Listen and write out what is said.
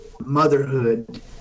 motherhood